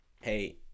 hey